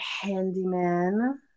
Handyman